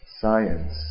science